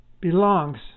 belongs